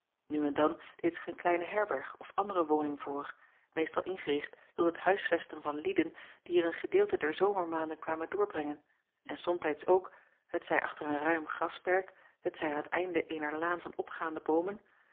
u en dan deed zich een kleine herberg of andere woning voor meestal ingericht tot het huisvesten van lieden die er een gedeelte der zomermaanden kwamen doorbrengen en somtijds ook t zij achter een ruim grasperk t zij aan het einde eener laan van opgaande boomen